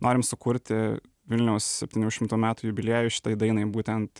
norim sukurti vilniaus septynių šimtų metų jubiliejui šitai dainai būtent